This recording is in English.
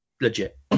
Legit